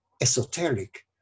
esoteric